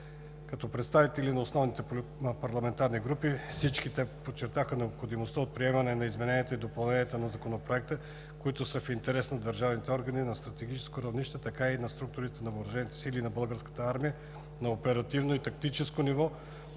Като представители на основните парламентарни групи, всички те подчертаха необходимостта от приемане на измененията и допълненията по Законопроекта, които са в интерес както на държавните органи на стратегическо равнище, така и на структурите на въоръжените сили и Българската армия на оперативно и тактическо ниво